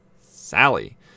Sally